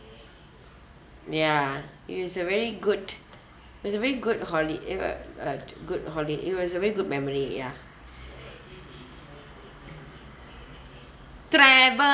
ya it is a very good it's a very good holi~ eh but but good holi~ it was a very good memory ya travelling